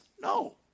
no